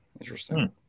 Interesting